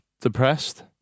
Depressed